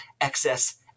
excess